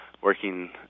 working